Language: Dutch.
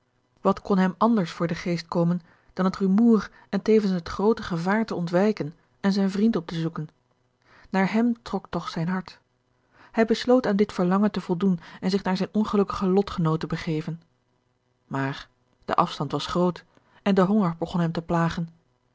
wat kon hem anders voor den geest komen dan het rumoer en tevens george een ongeluksvogel het groote gevaar te ontwijken en zijn vriend op te zoeken naar hem trok toch zijn hart hij besloot aan dit verlangen te voldoen en zich naar zijn ongelukkigen lotgenoot te begeven maar de afstand was groot en de honger begon hem te plagen